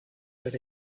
that